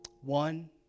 One